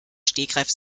stegreif